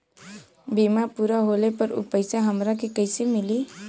बीमा पूरा होले पर उ पैसा हमरा के कईसे मिली?